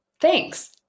Thanks